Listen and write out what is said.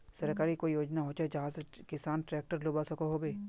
सरकारी कोई योजना होचे जहा से किसान ट्रैक्टर लुबा सकोहो होबे?